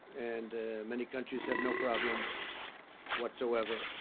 and many countries have no problem whatsoever.